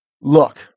look